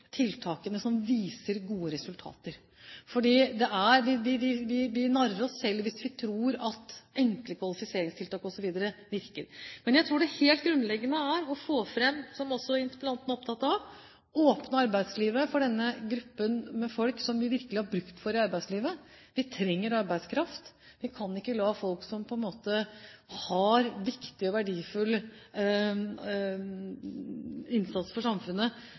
Vi narrer oss selv hvis vi tror at enkle kvalifiseringstiltak osv. virker. Jeg tror det som er helt grunnleggende å få fram, som også interpellanten er opptatt av, er å åpne arbeidslivet for denne gruppen med folk som vi virkelig har bruk for i arbeidslivet. Vi trenger arbeidskraft. Vi kan ikke la folk som kan gjøre en viktig og verdifull innsats for samfunnet,